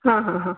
हां हां हां